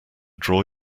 draw